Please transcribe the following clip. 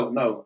no